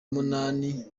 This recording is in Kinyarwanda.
munani